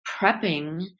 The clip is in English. prepping